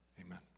Amen